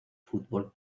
fútbol